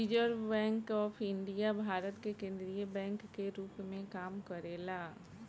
reserve bank of India Bharat के केंद्रीय bank के रूप में काम करेला